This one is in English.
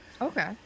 Okay